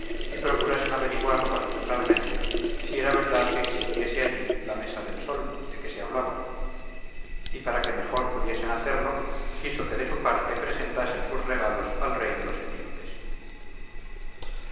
existiese allí la mesa del sol de que se hablaba y para que mejor pudiesen hacerlo quiso que de su parte presentasen sus regalos al rey de los etíopes